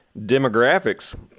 demographics